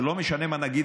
זה לא משנה מה נגיד,